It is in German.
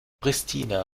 pristina